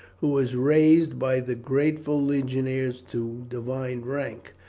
who was raised by the grateful legionaries to divine rank.